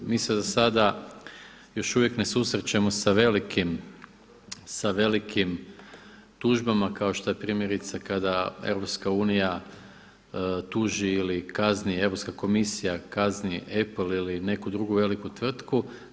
Mi se za sada još uvijek ne susrećemo sa velikim tužbama kao što je primjerice kada EU tuži ili kazni, Europska komisija kazni Apple ili neku drugu veliku tvrtku.